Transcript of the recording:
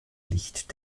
licht